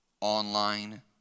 online